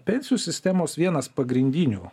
pensijų sistemos vienas pagrindinių